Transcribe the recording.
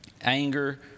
anger